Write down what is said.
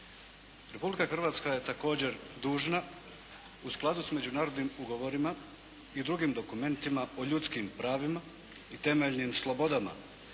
Republika Hrvatska je također dužna u skladu s međunarodnim ugovorima i drugim dokumentima o ljudskim pravima i temeljnim slobodama